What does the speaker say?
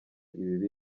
ibibi